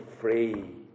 free